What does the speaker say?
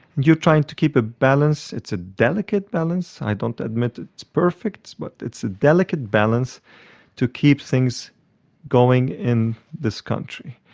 you're trying to keep a balance. it's a delicate balance i don't admit it's perfect, but it's a delicate balance to keep things going in this country.